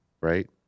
right